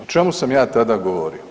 O čemu sam ja tada govorio?